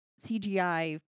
CGI